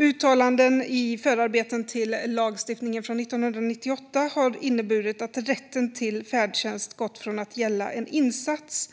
Uttalanden i förarbeten till lagstiftningen från 1998 har inneburit att rätten till färdtjänst gått från att gälla en insats